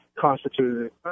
constituted